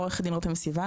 עורכת דין רותם סיוון,